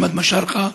מוחמד משארקה,